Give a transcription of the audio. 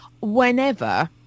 Whenever